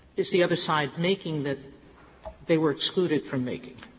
is the other side making that they were excluded from making?